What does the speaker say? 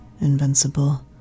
invincible